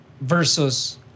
versus